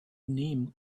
name